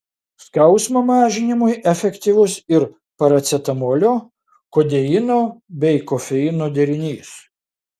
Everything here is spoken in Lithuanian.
skausmo mažinimui efektyvus ir paracetamolio kodeino bei kofeino derinys